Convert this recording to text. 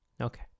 okay